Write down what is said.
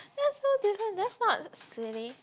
that's so different that's not silly